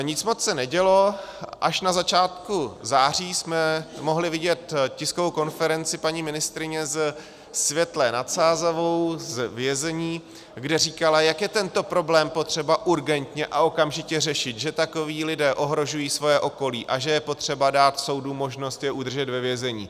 Nic moc se nedělo, až na začátku září jsme mohli vidět tiskovou konferenci paní ministryně ze Světlé nad Sázavou, z vězení, kde říkala, jak je tento problém potřeba urgentně a okamžitě řešit, že takoví lidé ohrožují svoje okolí a že je potřeba dát soudům možnost je udržet ve vězení.